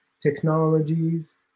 technologies